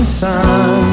sun